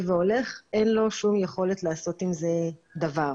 והולך אין לו שום יכולת לעשות עם זה דבר.